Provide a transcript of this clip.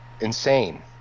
insane